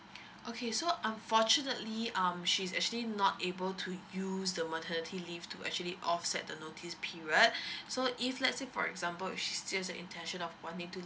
okay so unfortunately um she's actually not able to use the maternity leave to actually offset the notice period so if let's say for example she has the intention of wanting to